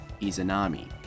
Izanami